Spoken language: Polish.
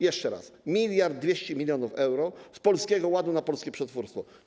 Jeszcze raz: 1200 mln euro z Polskiego Ładu na polskie przetwórstwo.